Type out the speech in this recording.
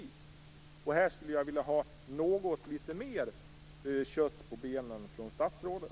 I det sammanhanget skulle jag vilja ha litet mer kött på benen från statsrådet.